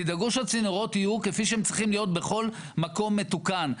תדאגו שהצינורות יהיו כפי שהם צריכים להיות בכל מקום מתוקן,